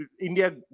India